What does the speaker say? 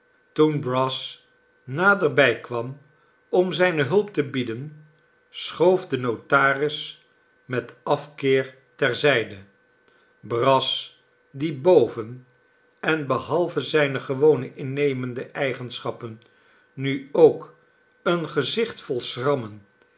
toen brass naderbij kwam om zijne hulp te bieden schoof de notaris met afkeer ter zijde brass die boven en behalve zijne gewone innemende eigenschappen nu ook nog een gezicht vol schrammen